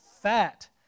fat